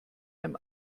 einem